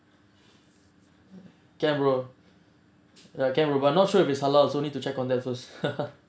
but not sure if it's halal also need to check on that first